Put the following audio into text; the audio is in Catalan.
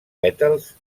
pètals